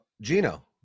gino